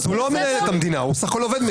הוא לא מנהל את המדינה, הוא בסך הכול עובד מדינה.